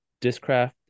Discraft